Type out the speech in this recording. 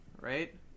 right